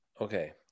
Okay